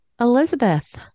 Elizabeth